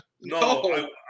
No